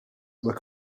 were